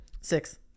six